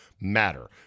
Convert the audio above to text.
matter